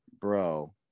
bro